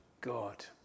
God